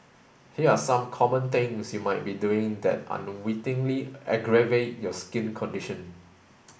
here are some common things you might be doing that unwittingly aggravate your skin condition